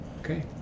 Okay